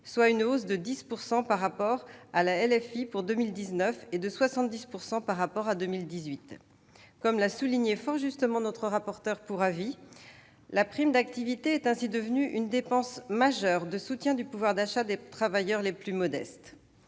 soit une hausse de 10 % par rapport à la loi de finances initiale pour 2019 et de 70 % par rapport à 2018. Comme l'a souligné fort justement notre rapporteur pour avis, la prime d'activité est ainsi devenue une dépense majeure de soutien du pouvoir d'achat des travailleurs les plus modestes.